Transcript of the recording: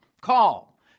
call